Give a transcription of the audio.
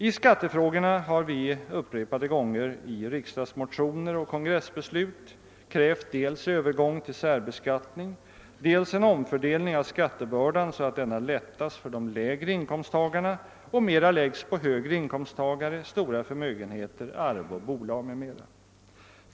I skattefrågorna har vi upprepade gånger i riksdagsmotioner och kongressbeslut krävt dels övergång till särbeskattning, dels en omfördelning av skattebördan så att denna lättas för de lägre inkomsttagarna och mera läggs på högre inkomsttagare, stora förmögenheter, arv, bolag m.m.